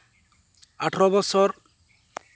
ᱟᱴᱷᱨᱚ ᱵᱚᱪᱷᱚᱨ